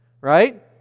right